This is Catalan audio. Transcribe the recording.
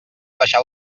deixar